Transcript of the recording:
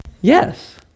Yes